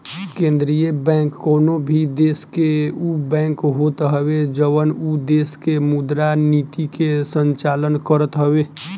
केंद्रीय बैंक कवनो भी देस के उ बैंक होत हवे जवन उ देस के मुद्रा नीति के संचालन करत हवे